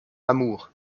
l’amour